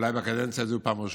אולי בקדנציה הזאת בפעם הראשונה: